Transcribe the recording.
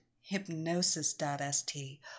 hypnosis.st